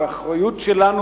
והאחריות שלנו,